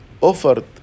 offered